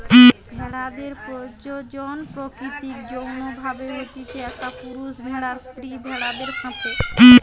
ভেড়াদের প্রজনন প্রাকৃতিক যৌন্য ভাবে হতিছে, একটা পুরুষ ভেড়ার স্ত্রী ভেড়াদের সাথে